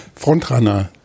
Frontrunner